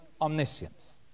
omniscience